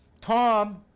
Tom